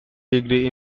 degree